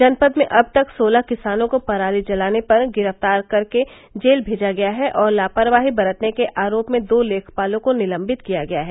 जनपद में अब तक सोलह किसानों को पराली जलाने पर गिरफ्तार कर जेल भेजा गया है और लापरवाही बरतने के आरोप में दो लेखपालों को निलम्बित किया गया है